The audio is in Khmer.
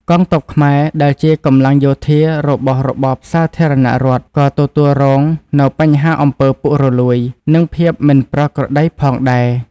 កងទ័ពខ្មែរ ដែលជាកម្លាំងយោធារបស់របបសាធារណរដ្ឋ ក៏ទទួលរងនូវបញ្ហាអំពើពុករលួយ និងភាពមិនប្រក្រតីផងដែរ។